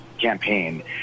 campaign